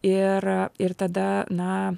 ir ir tada na